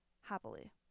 happily